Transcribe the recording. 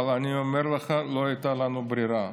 אבל אני אומר לך, לא הייתה לנו ברירה.